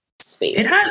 space